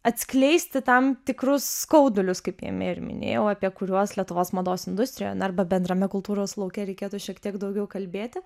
atskleisti tam tikrus skaudulius kaip jame ir minėjau apie kuriuos lietuvos mados industrijoje arba bendrame kultūros lauke reikėtų šiek tiek daugiau kalbėti